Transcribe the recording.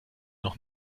noch